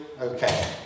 Okay